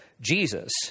Jesus